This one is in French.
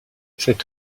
cet